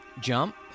Jump